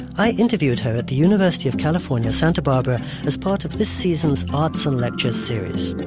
i interviewed her at the university of california santa barbara as part of this season's arts and lecture series